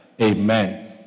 Amen